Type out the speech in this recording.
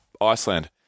Iceland